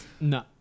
No